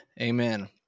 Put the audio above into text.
Amen